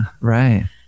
right